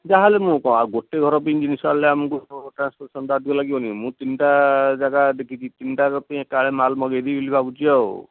ଯାହେଲେ ମୁଁ କଁ ଆଉ ଗୋଟେ ଘର ପାଇଁ ଜିନିଷ ଆଣିଲେ ଆମକୁ ଟ୍ରାନ୍ସଫୋଟେସନ ଟା ଅଧିକ ଲାଗିବନି କି ମୁଁ ତିନିଟା ଜାଗା ବିକିଛି ତିନିଟା ଯାକର ଏକାବେଳେ ମାଲ ମଗାଇଦେବି ବୋଲି ଭାବୁଛି ଆଉ